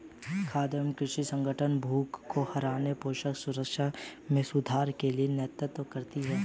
खाद्य और कृषि संगठन भूख को हराने पोषण सुरक्षा में सुधार के लिए नेतृत्व करती है